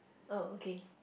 oh okay